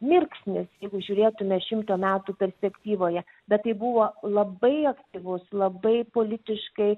mirksnis jeigu žiūrėtume šimto metų perspektyvoje bet tai buvo labai aktyvus labai politiškai